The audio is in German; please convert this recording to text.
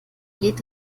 geht